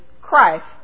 Christ